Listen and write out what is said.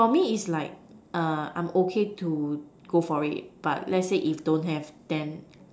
for me it's like I'm okay to go for it but let's say if don't have then